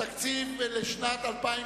התקציב לשנת 2009: